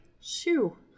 shoo